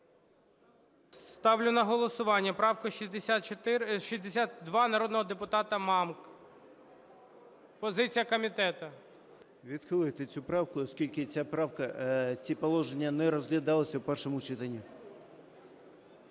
Ставлю на голосування правку 62, народного депутата Мамки. Позиція комітету. 17:49:25 БОНДАРЕНКО О.В. Відхилити цю правку, оскільки ця правка, ці положення не розглядалися в першому читанні.